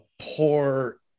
poor